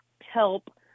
help